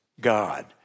God